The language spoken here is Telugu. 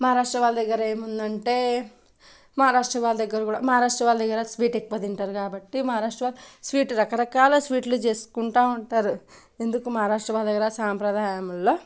మహారాష్ట్ర వాళ్ళ దగ్గర ఏముందంటే మహారాష్ట్ర వాళ్ళ దగ్గర కూడా మహారాష్ట్ర వాళ్ళ దగ్గర స్వీట్ ఎక్కువ తింటరు కాబట్టి మహారాష్ట్ర స్వీట్లు రకరకాల స్వీట్లు చేసుకుంటూ ఉంటారు ఎందుకు మహారాష్ట్ర వాళ్ళ దగ్గర సాంప్రదాయంలల్ల